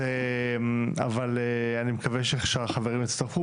אבל, אני מקווה שהחברים יצטרפו.